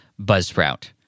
buzzsprout